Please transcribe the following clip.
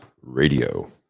Radio